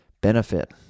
benefit